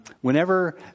whenever